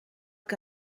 que